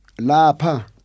Lapa